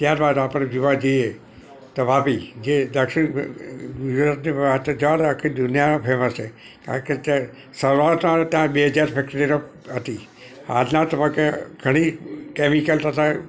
ત્યારબાદ આપણે જોવા જઈએ તો વાપી જે દક્ષિણ ગુ આખી દુનિયામાં ફેમસ છે કારણ કે શરૂઆત ફેક્ટરી હતી આજના તબક્કે ઘણી કેમિકલ તથા